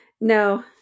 No